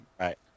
Right